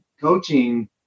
coaching